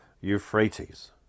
Euphrates